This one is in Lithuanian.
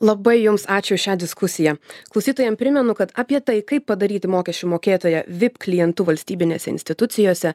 labai jums ačiū už šią diskusiją klausytojam primenu kad apie tai kaip padaryti mokesčių mokėtoją vip klientu valstybinėse institucijose